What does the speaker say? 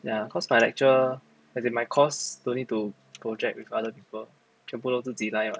ya cause my lecture as in my course don't need to project with other people 全部都自己来 [what]